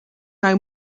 know